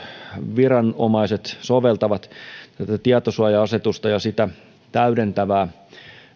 viranomaiset soveltavat tätä tietosuoja asetusta ja sitä täydentävää